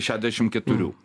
šešiasdešim keturių